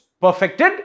perfected